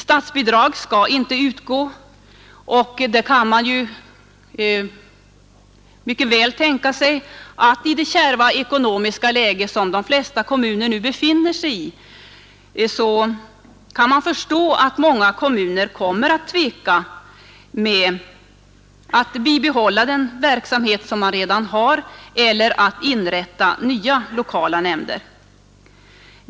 Statsbidrag skall inte utgå, och då kan man ju mycket väl förstå, med tanke på det kärva ekonomiska läge som de flesta kommuner nu befinner sig i, att många kommuner kommer att tveka att bibehålla den verksamhet som redan finns eller inrätta nya lokala nämnder.